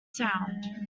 sound